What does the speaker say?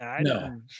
No